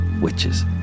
witches